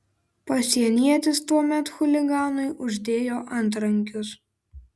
pasienietis tuomet chuliganui uždėjo antrankius